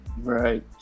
Right